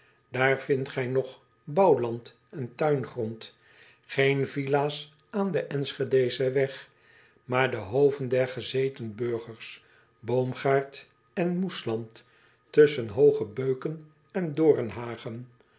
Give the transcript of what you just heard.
aar vindt gij nog bouwland en tuingrond een villa s aan den nschedeschen weg maar de hoven der gezeten burgers boomgaard en moesland tusschen hooge beuken en